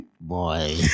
boy